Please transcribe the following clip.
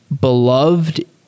beloved